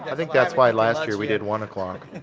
i think that's why last year we did one o'clock.